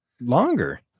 longer